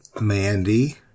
Mandy